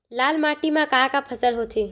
लाल माटी म का का फसल होथे?